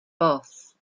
boss